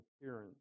appearance